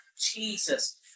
jesus